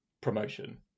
promotion